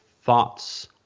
thoughts